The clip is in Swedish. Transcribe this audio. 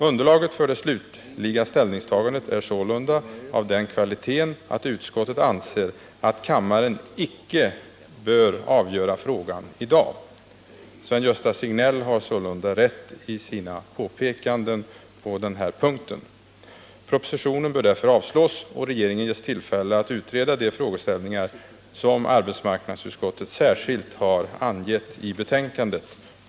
Underlaget för det slutliga ställningstagandet är sålunda av den kvaliteten att utskottet anser att kammaren inte bör avgöra frågan i dag. Sven-Gösta Signell har sålunda rätt i sina påpekanden på den punkten. Propositionen bör därför avslås och regeringen ges tillfälle att utreda de frågeställningar som utskottet särskilt har angett i betänkandet.